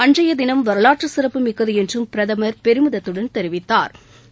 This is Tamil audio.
அன்றையதினம் வரலாற்று சிறப்புமிக்கது என்றும் பிரதமர் பெருமிதத்துடன் தெரிவித்தாா்